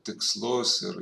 tikslus ir